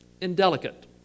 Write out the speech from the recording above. indelicate